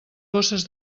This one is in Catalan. bosses